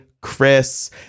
chris